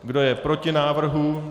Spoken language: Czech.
Kdo je proti návrhu?